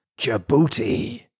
Djibouti